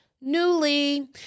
Newly